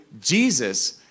Jesus